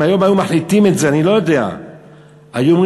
אם היום היו מחליטים את זה,